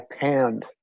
panned